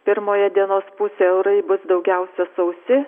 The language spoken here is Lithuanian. pirmoje dienos pusėje orai bus daugiausia sausi